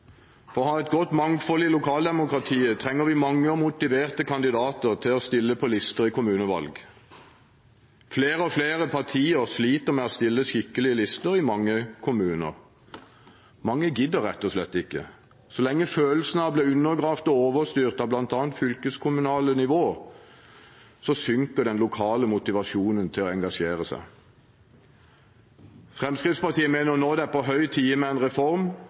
For å ha et godt mangfold i lokaldemokratiet trenger vi mange og motiverte kandidater til å stille på lister ved kommunevalg. Flere og flere partier sliter med å stille skikkelige lister i mange kommuner. Mange gidder rett og slett ikke så lenge følelsen av å bli undergravd og overstyrt av bl.a. det fylkeskommunale nivå, synker den lokale motivasjonen til å engasjere seg. Fremskrittspartiet mener det nå er på høy tid med en reform